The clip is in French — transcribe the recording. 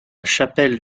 chapelle